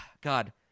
God